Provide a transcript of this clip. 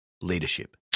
leadership